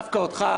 דווקא אותך,